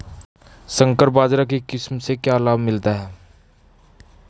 संकर बाजरा की किस्म से क्या लाभ मिलता है?